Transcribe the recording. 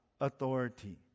authority